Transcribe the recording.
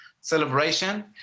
celebration